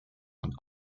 und